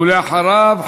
ולאחריו,